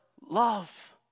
love